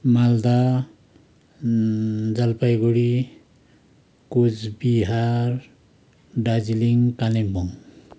Malda Jalpaiguri Cooch Behar Darjeeling Kalimpong